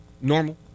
Normal